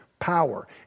power